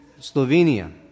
Slovenia